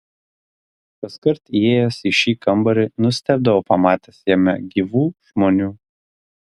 kaskart įėjęs į šį kambarį nustebdavau pamatęs jame gyvų žmonių